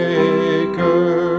Maker